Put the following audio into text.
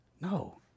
No